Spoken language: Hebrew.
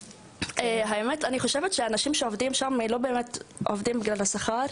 אני חושבת שאנשים שעובדים שם לא עושים את זה בשביל השכר.